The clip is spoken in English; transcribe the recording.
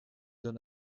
then